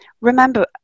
remember